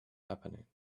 happening